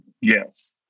Yes